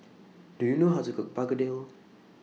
Do YOU know How to Cook Begedil